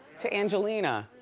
to angelina.